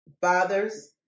fathers